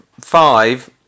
five